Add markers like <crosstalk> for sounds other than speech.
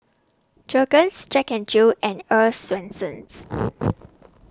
Jergens Jack N Jill and Earl's Swensens <noise>